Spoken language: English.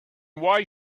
why